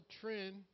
trend